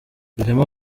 rehema